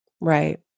Right